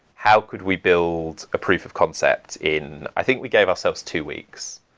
how could we build a proof of concept in i think we gave ourselves two weeks.